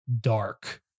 Dark